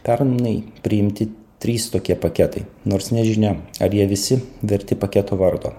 pernai priimti trys tokie paketai nors nežinia ar jie visi verti paketų vardo